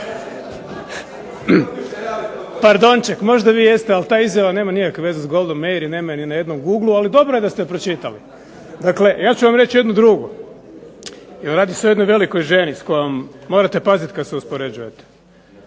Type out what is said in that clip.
Pardonček, možda vi jeste, ali ta izjava nema nikakve veze s Goldom Meir, i nema je ni na jednom google-u, ali dobro je da ste je pročitali. Dakle ja ću vam reći jednu drugu. Radi se o jednoj velikoj ženi, s kojom morate paziti kad se uspoređujete.